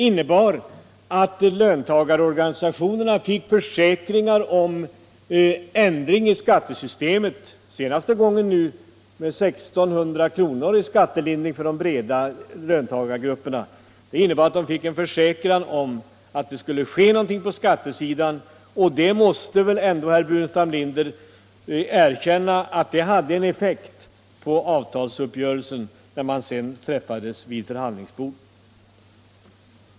Jo, att löntagarorganisationerna fick försäkringar om ändring i skattesystemet, den senaste gången en skattelindring på 1 600 kr. för de breda löntagargrupperna. Det innebar en försäkran om att det skulle ske något på skatteområdet. Herr Bu renstam Linder måste väl ändå erkänna att detta hade en effekt på den avtalsuppgörelse som sedan träffades vid förhandlingsbordet.